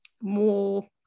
more